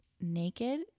naked